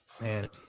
Man